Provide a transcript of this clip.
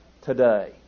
today